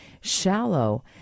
shallow